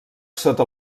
sota